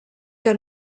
que